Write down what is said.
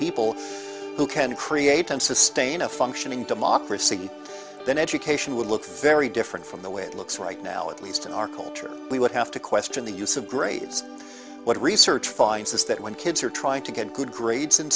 people who can create and sustain a functioning democracy then education would look very different from the way it looks right now at least in our culture we would have to question the use of grades what research finds is that when kids are trying to get good grades in